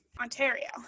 ontario